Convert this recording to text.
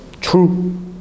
true